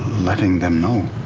letting them know.